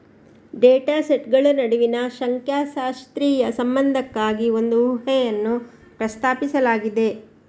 data ಸೆಟ್ಗಳ ನಡುವಿನ ಸಂಖ್ಯಾಶಾಸ್ತ್ರೀಯ ಸಂಬಂಧಕ್ಕಾಗಿ ಒಂದು ಊಹೆಯನ್ನು ಪ್ರಸ್ತಾಪಿಸಲಾಗಿದೆ